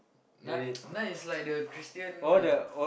nun nun is like the Christian